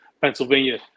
Pennsylvania